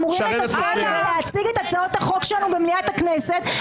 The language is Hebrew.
אמורים לתפקד ולהציג את הצעות החוק שלנו במליאת הכנסת,